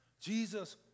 Jesus